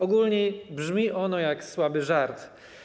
Ogólnie brzmi ono jak słaby żart.